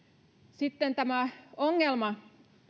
sitten tämä ongelma